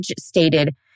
stated